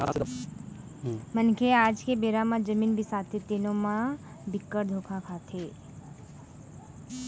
मनखे ह आज के बेरा म जमीन बिसाथे तेनो म बिकट धोखा खाथे